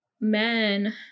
men